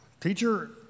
Teacher